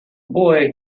boy